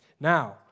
Now